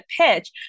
pitch